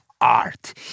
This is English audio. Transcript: art